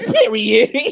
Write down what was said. Period